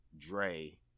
dre